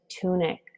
tunic